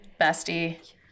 bestie